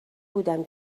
بودم